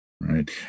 right